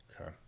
Okay